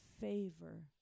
favor